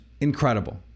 incredible